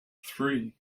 three